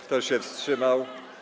Kto się wstrzymał?